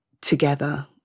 together